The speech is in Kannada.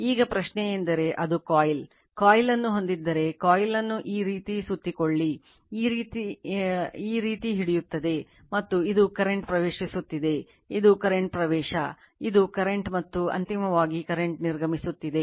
ಈಗ ಪ್ರಶ್ನೆಯೆಂದರೆ ಅದು ಕಾಯಿಲ್ ಕಾಯಿಲ್ ನ್ನು ಹೊಂದಿದ್ದರೆ ಕಾಯಿಲ್ ನ್ನುಈ ರೀತಿ ಸುತ್ತಿಕೊಳ್ಳಿ ಈ ರೀತಿ ನ್ನು ಈ ರೀತಿ ಹಿಡಿಯುತ್ತದೆ ಮತ್ತು ಇದು ಕರೆಂಟ್ ಪ್ರವೇಶಿಸುತ್ತಿದೆ ಇದು ಕರೆಂಟ್ ಪ್ರವೇಶ ಇದು ಕರೆಂಟ್ ಮತ್ತು ಅಂತಿಮವಾಗಿ ಕರೆಂಟ್ ನಿರ್ಗಮಿಸುತ್ತಿದೆ